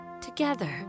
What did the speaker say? together